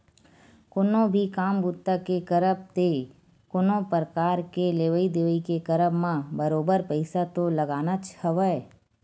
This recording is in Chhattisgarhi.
कोनो भी काम बूता के करब ते कोनो परकार के लेवइ देवइ के करब म बरोबर पइसा तो लगनाच हवय